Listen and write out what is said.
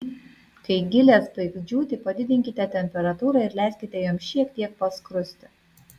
kai gilės baigs džiūti padidinkite temperatūrą ir leiskite joms šiek tiek paskrusti